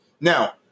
Now